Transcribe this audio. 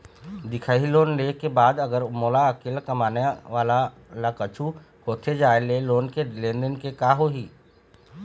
दिखाही लोन ले के बाद अगर मोला अकेला कमाने वाला ला कुछू होथे जाय ले लोन के लेनदेन के का होही?